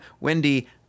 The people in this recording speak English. wendy